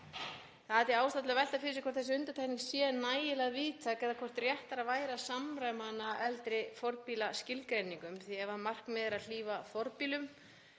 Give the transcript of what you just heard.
Það er ástæða til að velta fyrir sér hvort þessi undantekning sé nægilega víðtæk eða hvort réttara væri að samræma hana eldri fornbílaskilgreiningum því ef markmiðið er að hlífa fornbílum